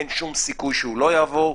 אין שום סיכוי שהוא לא יעבור,